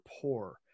poor